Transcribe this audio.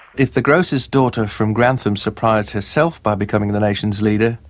if the grocer's daughter from grantham surprised herself by becoming the nation's leader,